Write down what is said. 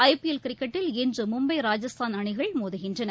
ஐ PL கிரிக்கெட்டில் இன்றுமும்பை ராஜஸ்தான் அணிகள் மோதுகின்றன